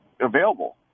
available